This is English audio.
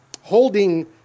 Holding